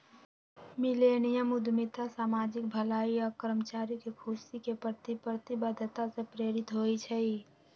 millennium उद्यमिता सामाजिक भलाई आऽ कर्मचारी के खुशी के प्रति प्रतिबद्धता से प्रेरित होइ छइ